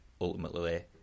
ultimately